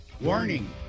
Warning